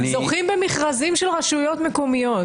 הם זוכים במכרזים של רשויות מקומיות.